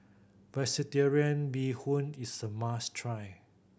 Vegetarian Bee Hoon is a must try